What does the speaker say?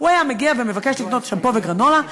הוא היה מגיע ומבקש לקנות שמפו וגרנולה,